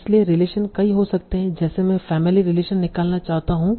इसलिए रिलेशन कई हो सकते हैं जैसे मैं फैमिली रिलेशन निकालना चाहता हूं